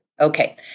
okay